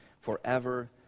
forever